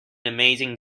amazing